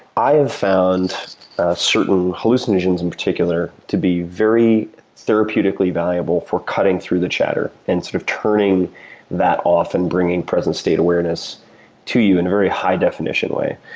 i have found certain hallucinogens, in particular, to be very therapeutically valuable for cutting through the chatter and sort of turning that off and bringing present state awareness to you in a very high definition way,